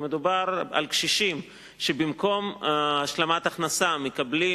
ומדובר בקשישים שבמקום השלמת הכנסה מקבלים